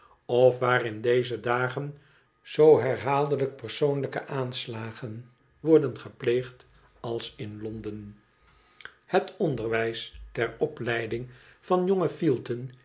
of waar in deze dagen zoo herhaaldelijk persoonlijke aanslagen worden gepleegd als in londen het onderwijs ter opleiding van jonge fielten